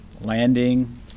landing